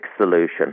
solution